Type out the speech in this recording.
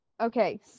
Okay